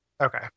Okay